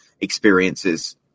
experiences